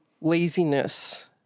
laziness